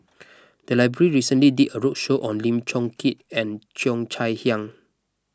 the library recently did a roadshow on Lim Chong Keat and Cheo Chai Hiang